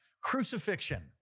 Crucifixion